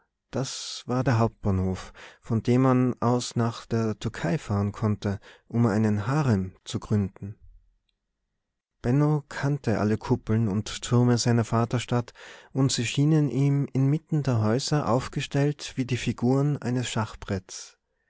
das war der hauptbahnhof von dem aus man nach der türkei fahren konnte um einen harem zu gründen benno kannte alle kuppeln und türme seiner vaterstadt und sie schienen ihm inmitten der häuser aufgestellt wie die figuren eines